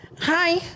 Hi